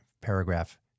paragraph